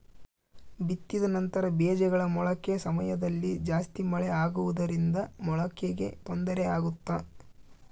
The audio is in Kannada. ಬಿತ್ತಿದ ನಂತರ ಬೇಜಗಳ ಮೊಳಕೆ ಸಮಯದಲ್ಲಿ ಜಾಸ್ತಿ ಮಳೆ ಆಗುವುದರಿಂದ ಮೊಳಕೆಗೆ ತೊಂದರೆ ಆಗುತ್ತಾ?